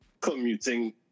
commuting